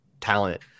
talent